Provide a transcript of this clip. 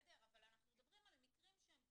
אבל אנחנו מדברים על מקרים שהם קיצוניים.